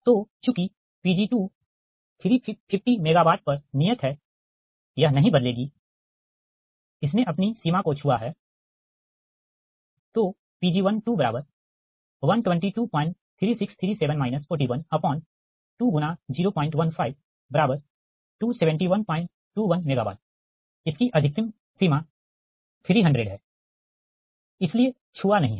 तो चूँकि Pg2 350 MW पर नियत है यह नहीं बदलेगी इसने अपनी सीमा को छुआ है Pg11223637 412×01527121 MW इसकी अधिकतम सीमा 300 है इसलिए छुआ नहीं है